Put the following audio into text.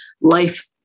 life